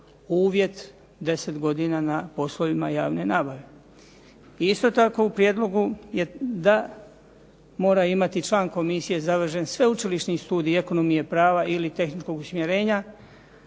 uvjet 10 godina na poslovima javne nabave. I isto tako u prijedlogu je da mora imati član komisije završen sveučilišni studij ekonomije, prava ili tehničkog usmjerenja,